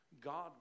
God